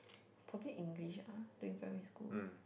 proper English ah during primary school